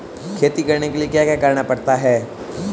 खेती करने के लिए क्या क्या करना पड़ता है?